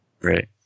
Right